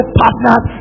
partners